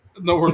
no